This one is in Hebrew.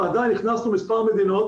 אבל עדיין הכנסנו מספר מדינות